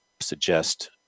suggest